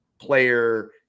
player